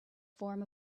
form